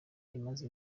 imaze